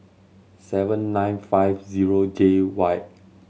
seven nine five zero J Y